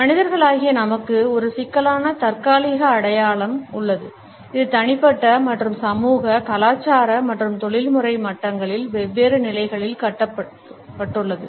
மனிதர்களாகிய நமக்கு ஒரு சிக்கலான தற்காலிக அடையாளம் உள்ளது இது தனிப்பட்ட மற்றும் சமூக கலாச்சார மற்றும் தொழில்முறை மட்டங்களில் வெவ்வேறு நிலைகளில் கட்டப்பட்டுள்ளது